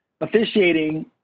officiating